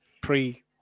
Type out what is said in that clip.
pre